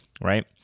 right